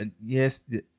yes